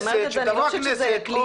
אני אומרת את זה, אני לא חושבת שזה כלי נכון.